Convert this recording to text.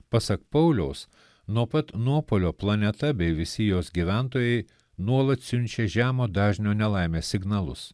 pasak pauliaus nuo pat nuopuolio planeta bei visi jos gyventojai nuolat siunčia žemo dažnio nelaimės signalus